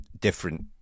different